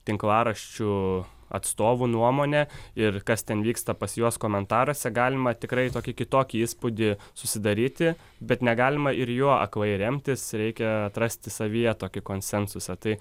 tinklaraščių atstovų nuomonę ir kas ten vyksta pas juos komentaruose galima tikrai tokį kitokį įspūdį susidaryti bet negalima ir juo aklai remtis reikia atrasti savyje tokį konsensusą tai